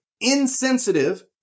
insensitive